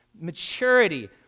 Maturity